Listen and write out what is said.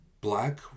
black